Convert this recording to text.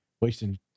wasting